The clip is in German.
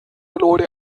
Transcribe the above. leute